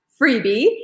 freebie